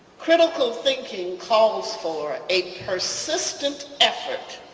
critical thinking calls for a persistent effort